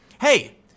Hey